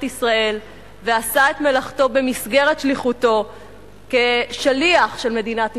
ישראל ועשה את מלאכתו במסגרת שליחותו כשליח של מדינת ישראל,